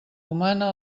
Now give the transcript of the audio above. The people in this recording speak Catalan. humana